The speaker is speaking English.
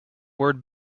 word